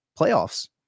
Playoffs